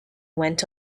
went